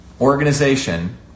organization